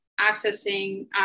accessing